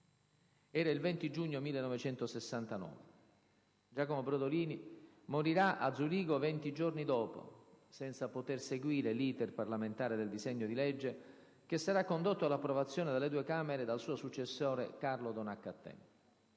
Era il 20 giugno 1969. Giacomo Brodolini morirà a Zurigo 20 giorni dopo, senza poter seguire l'*iter* parlamentare del disegno di legge, che sarà condotto all'approvazione delle due Camere dal suo successore Carlo Donat-Cattin.